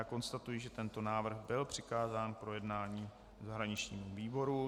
Konstatuji, že tento návrh byl přikázán k projednání zahraničnímu výboru.